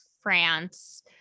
France